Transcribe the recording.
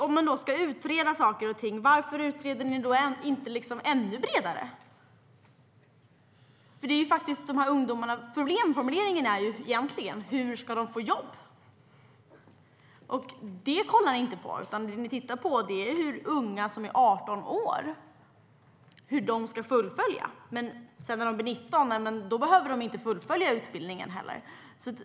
Om ni nu ska utreda saker och ting, varför utreder ni då inte ännu bredare? Problemformuleringen är ju egentligen: Hur ska de här ungdomarna få jobb? Det tittar ni inte på, utan ni tittar på hur unga som är 18 år ska fullfölja utbildningen. När de blir 19 år behöver de inte fullfölja utbildningen.